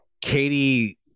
Katie